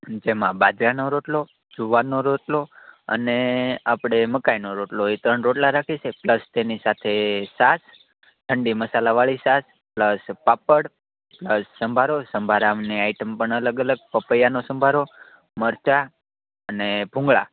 અન જેમાં બાજરાનો રોટલો જુવારનો રોટલો અને આપણે મકાઈનો રોટલો એ ત્રણ રોટલા રાખીએ છીએ પ્લસ તેની સાથે છાશ ઠંડી મસાલાવાળી છાશ પ્લસ પાપડ પ્લસ સંભારો સંભારાઓની આઈટમ પણ અલગ અલગ પપૈયાંનો સંભારો મરચાં અને ભૂંગળા